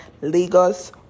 lagos